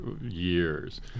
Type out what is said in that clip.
years